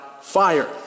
fire